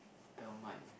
thermite